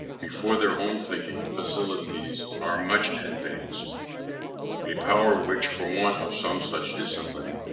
before their own thinking faculties are much advanced a power which, for want of some such discipline,